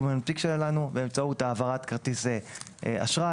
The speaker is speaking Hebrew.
למנפיק שלנו באמצעות העברת כרטיס אשראי,